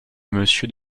monsieur